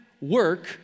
work